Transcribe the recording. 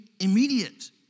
immediate